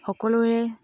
সকলোৰে